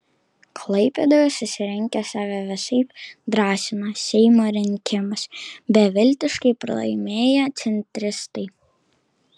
klaipėdoje susirinkę save visaip drąsino seimo rinkimus beviltiškai pralaimėję centristai